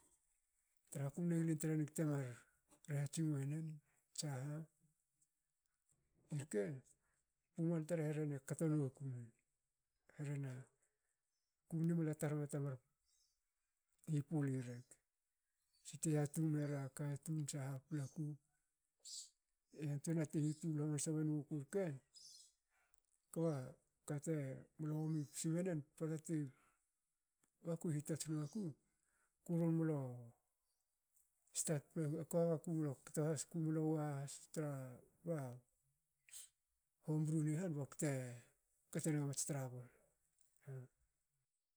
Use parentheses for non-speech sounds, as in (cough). Traha kumne ngilin tranig te mar rhatsing wonen tsaha. Irke pumal tar e rehene kato nokune. rehena kumnu mla tarma tamar hipuli rek. tsi te yatung mera katun tsaha paplaku. yantuena te hitul hamansa wonguku rke. kba kate mlo omi ku sme nen pota ti ba ti hitots maku. ku mlo (unintelligible) kumlo wa has tra ba (hesitation) hombru ni han bakte kate ga mats trabol